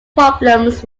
problems